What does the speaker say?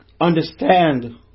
understand